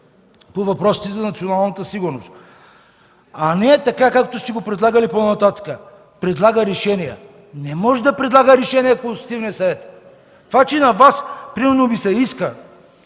по въпросите за националната сигурност”. А не е така, както сте го предлагали по-нататък: предлага решения. Не може да предлага решения Консултативният съвет. Това че на Вас примерно Ви се иска